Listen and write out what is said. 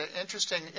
interesting